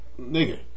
Nigga